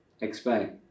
Explain